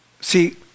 See